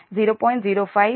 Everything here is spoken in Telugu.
1 0